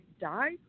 die